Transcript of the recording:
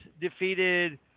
defeated